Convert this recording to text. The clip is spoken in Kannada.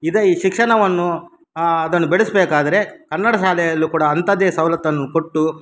ಇದು ಈ ಶಿಕ್ಷಣವನ್ನು ಅದನ್ನು ಬೆಳೆಸಬೇಕಾದ್ರೆ ಕನ್ನಡ ಶಾಲೆಯಲ್ಲೂ ಕೂಡ ಅಂಥದ್ದೇ ಸವಲತ್ತನ್ನು ಕೊಟ್ಟು